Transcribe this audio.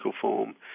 form